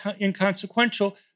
inconsequential